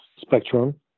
spectrum